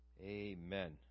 Amen